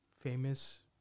famous